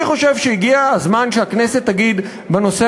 אני חושב שהגיע הזמן שהכנסת תגיד בנושא